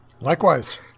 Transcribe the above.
Likewise